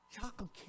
chocolate